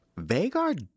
Vagar